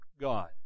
God